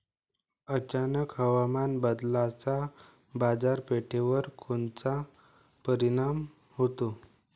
अचानक हवामान बदलाचा बाजारपेठेवर कोनचा परिणाम होतो?